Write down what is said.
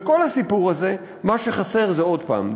בכל הסיפור הזה מה שחסר זה עוד פעם,